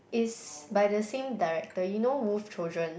is by the same director you know wolf-children